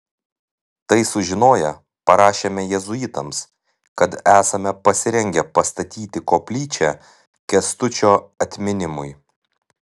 tai sužinoję parašėme jėzuitams kad esame pasirengę pastatyti koplyčią kęstučio atminimui